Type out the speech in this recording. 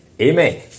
Amen